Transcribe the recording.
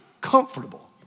comfortable